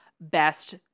best